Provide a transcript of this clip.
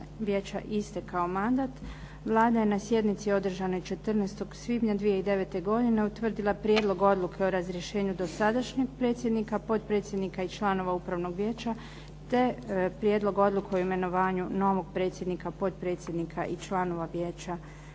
Vlada je na sjednici održanoj 14. svibnja 2009. godine utvrdila prijedlog Odluke o razrješenju dosadašnjeg predsjednika, potpredsjednika i članova Upravnog vijeća, te prijedlog Odluke o imenovanju novog predsjednika, potpredsjednika i članova Vijeća